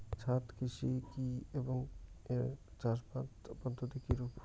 ছাদ কৃষি কী এবং এর চাষাবাদ পদ্ধতি কিরূপ?